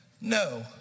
No